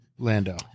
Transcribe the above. Lando